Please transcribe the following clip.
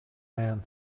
man